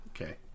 Okay